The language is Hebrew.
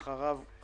סך הכל מדברים על